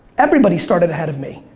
everybody started ahead of me.